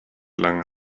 lang